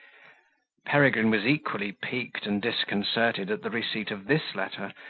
peregrine was equally piqued and disconcerted at the receipt of this letter,